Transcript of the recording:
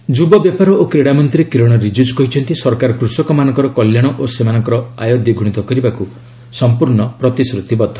ରିଜିଜୁ ଯୁବ ବ୍ୟାପାର ଓ କ୍ରିଡ଼ା ମନ୍ତ୍ରୀ କିରଣ ରିଜିଜୁ କହିଛନ୍ତି ସରକାର କୃଷକମାନଙ୍କର କଲ୍ୟାଣ ଓ ସେମାନଙ୍କର ଆୟ ଦ୍ୱିଗୁଣିତ କରିବାକୁ ସମ୍ପୂର୍ଣ୍ଣ ପ୍ରତିଶ୍ରତିବଦ୍ଧ